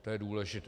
To je důležité.